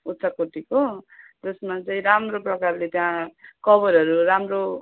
उच्च कोटीको जसमा चाहिँ राम्रो प्रकारले त्यहाँ कभरहरू राम्रो